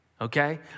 Okay